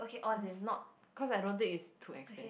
as in not cause I don't think it's too expen~